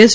S